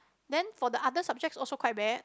then for the other subjects also quite bad